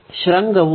ಶೃಂಗವು ಇಲ್ಲಿದೆ